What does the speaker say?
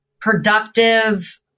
productive